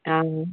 हा जी